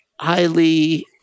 highly